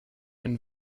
and